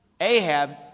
Ahab